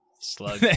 Slug